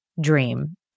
dream